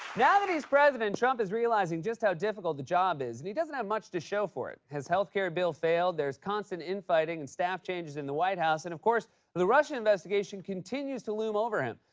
now that he's president, trump is realizing just how difficult the job is, and he doesn't have much to show for it. his health care bill failed, there's constant infighting and staff changes in the white house, and of course the russia investigation continues to loom over him.